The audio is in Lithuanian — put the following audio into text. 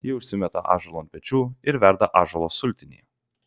ji užsimeta ąžuolą ant pečių ir verda ąžuolo sultinį